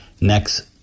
next